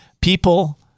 People